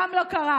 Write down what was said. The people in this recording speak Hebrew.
גם לא קרה.